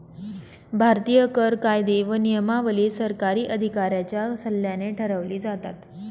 भारतीय कर कायदे व नियमावली सरकारी अधिकाऱ्यांच्या सल्ल्याने ठरवली जातात